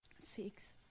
Six